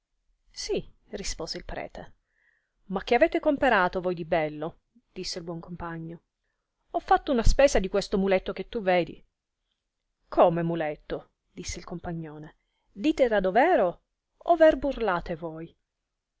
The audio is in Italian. sì rispose il prete ma che avete comperato voi di bello disse il buon compagno ho fatto spesa di questo muletto che tu vedi come muletto disse il compagnone dite da dovero over burlate voi